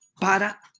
para